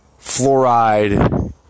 fluoride